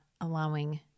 allowing